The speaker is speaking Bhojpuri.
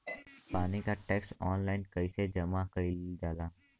पानी क टैक्स ऑनलाइन कईसे जमा कईल जाला?